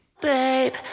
babe